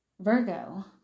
virgo